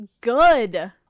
good